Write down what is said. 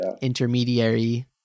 intermediary